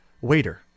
waiter